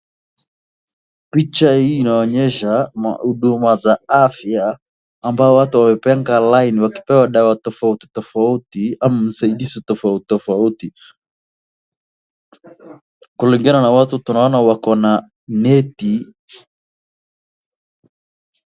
Picha hii inaonyesha umma za afya ambao watu wamepanga line wakipewa dawa tofautitofauti ama usaidizi tofautitofauti. Kulingana na watu tunaona wako na neti.